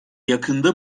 yakında